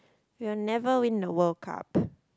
we will never win the World Cup